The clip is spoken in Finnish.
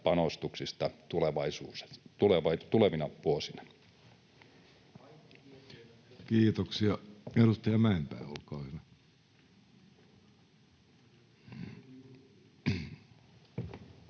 panostuksista tulevina vuosina. Kiitoksia. — Edustaja Mäenpää, olkaa hyvä.